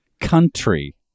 Country